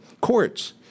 Courts